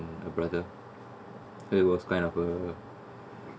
my brother so it was kind of a